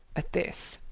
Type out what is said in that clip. at this